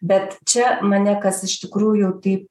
bet čia mane kas iš tikrųjų taip